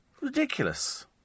Ridiculous